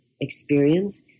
experience